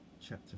chapter